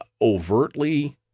overtly